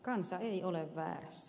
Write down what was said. kansa ei ole väärässä